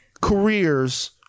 careers